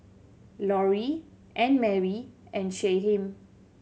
Lori Annemarie and Shyheim